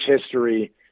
history